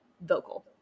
vocal